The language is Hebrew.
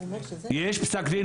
יש פסק דין,